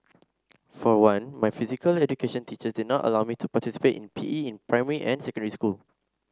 for one my physical education teachers did not allow me to participate in P E in primary and secondary school